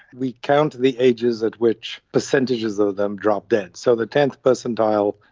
we count the ages at which percentages of them drop dead. so the tenth percentile,